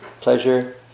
pleasure